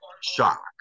shock